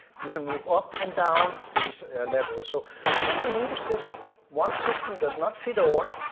you can move up and down these levels so i think we need a system. one system does not fit all.